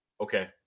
okay